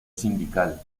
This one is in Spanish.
sindical